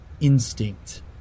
instinct